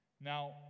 Now